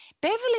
Beverly